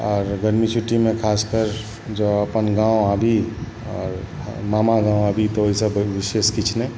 आर गरमी छुट्टीमे खासकर जँ अपन गाम आबी आ मामा गाम आबी तँ ओहिसँ विशेष आर किछु नहि